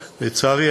לצערי,